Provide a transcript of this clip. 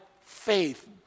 faith